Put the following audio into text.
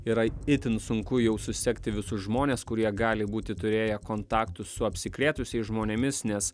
yra itin sunku jau susekti visus žmones kurie gali būti turėję kontaktų su apsikrėtusiais žmonėmis nes